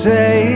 Say